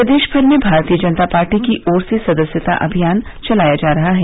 प्रदेश भर में भारतीय जनता पार्टी की ओर से सदस्यता अभियान चलाया जा रहा है